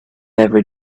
every